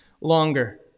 longer